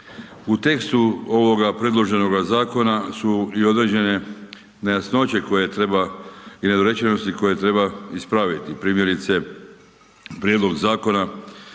U tekstu ovoga predloženoga zakona su i određene nejasnoće i nedorečenosti koje treba ispraviti primjerice prijedlog zakona